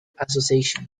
association